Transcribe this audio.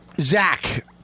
zach